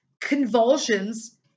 convulsions